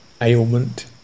ailment